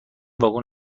واگن